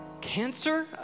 Cancer